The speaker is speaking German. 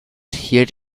hielt